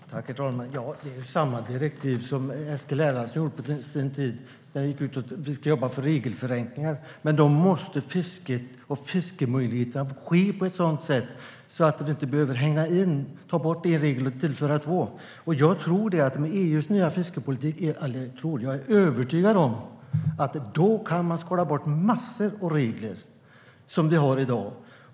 Herr talman! Det är samma direktiv som Eskil Erlandsson hade på sin tid. Det går ut på att vi ska jobba för regelförenklingar. Men då måste fisket ske på ett sådant sätt att vi inte behöver ta bort en regel och tillföra två. Jag är övertygad om att man med EU:s nya fiskeripolitik kan skala bort massor med regler som vi har i dag.